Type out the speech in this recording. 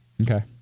Okay